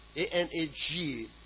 A-N-A-G